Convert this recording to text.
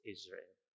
Israel